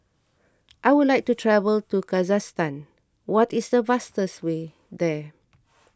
I would like to travel to Kazakhstan what is the fastest way there